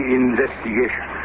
investigation